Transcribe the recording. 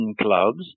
clubs